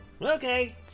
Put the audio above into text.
Okay